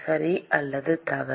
சரி அல்லது தவறு